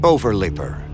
Overleaper